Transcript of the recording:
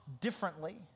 differently